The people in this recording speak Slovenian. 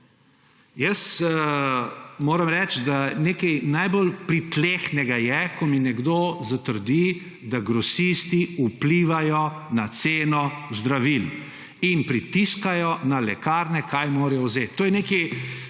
Moram reči, da je nekaj najbolj pritlehnega, ko mi nekdo zatrdi, da grosisti vplivajo na ceno zdravil in pritiskajo na lekarne, kaj morajo vzeti. To je